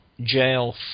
jail